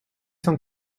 cent